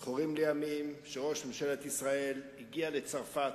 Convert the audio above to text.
זכורים לי ימים שראש ממשלת ישראל הגיע לצרפת,